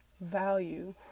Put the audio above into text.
value